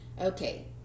Okay